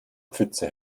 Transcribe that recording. pfütze